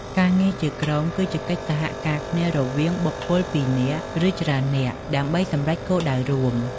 ការងារជាក្រុម គឺជាកិច្ចសហការគ្នារវាងបុគ្គលពីរនាក់ ឬច្រើននាក់ ដើម្បីសម្រេចគោលដៅរួម។